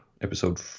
episode